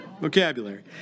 vocabulary